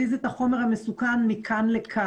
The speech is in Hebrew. העסק.